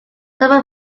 zebra